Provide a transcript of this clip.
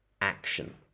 action